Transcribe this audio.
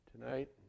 tonight